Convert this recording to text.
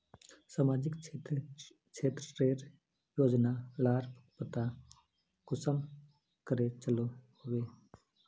सामाजिक क्षेत्र रेर योजना लार पता कुंसम करे चलो होबे?